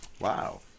wow